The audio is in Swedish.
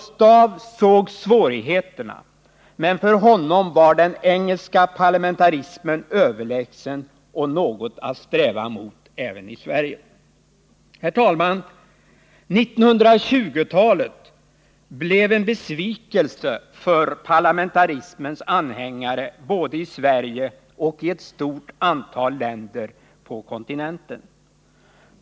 Staaff såg svårigheterna, men för honom var den engelska parlamentarismen överlägsen och något att sträva mot även i Sverige. Herr talman! 1920-talet blev en besvikelse för parlamentarismens anhängare både i Sverige och i ett stort antal länder på kontinenten.